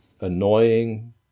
annoying